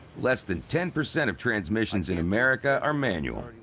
less than ten percent of transmissions in america are manual.